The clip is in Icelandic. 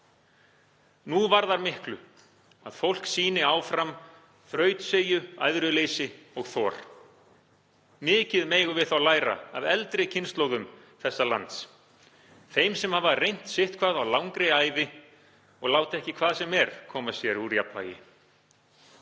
Nú varðar miklu að fólk sýni áfram þrautseigju, æðruleysi og þor. Mikið megum við þá læra af eldri kynslóðum þessa lands, þeim sem hafa reynt sitthvað á langri ævi og láta ekki hvað sem er koma sér úr jafnvægi.